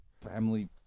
family